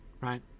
right